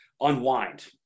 unwind